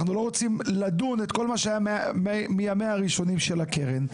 אנחנו לא רוצים לדון את כל מה שהיה מימיה הראשונים של הקרן.